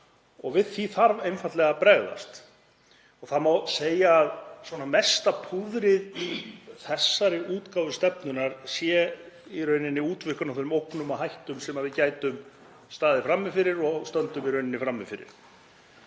og við því þarf einfaldlega að bregðast. Það má segja að mest púður í þessari útgáfu stefnunnar sé lagt í útvíkkun á þeim ógnum og hættum sem við gætum staðið frammi fyrir og stöndum í raun frammi fyrir.